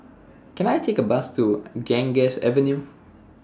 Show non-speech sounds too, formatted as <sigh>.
Can I Take A Bus to <noise> Ganges Avenue